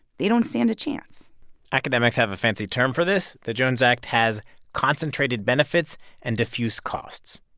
they don't stand a chance academics have a fancy term for this. the jones act has concentrated benefits and diffuse costs.